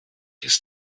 ist